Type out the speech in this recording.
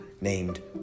named